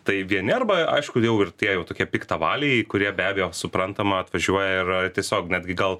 tai vieni arba aišku jau ir tie jau tokie piktavaliai kurie be abejo suprantama atvažiuoja ir tiesiog netgi gal